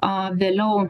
aaa vėliau